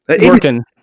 working